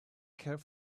care